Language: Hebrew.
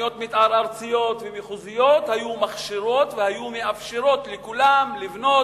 תוכניות מיתאר ארציות ומחוזיות היו מכשירות והיו מאפשרות לכולם לבנות.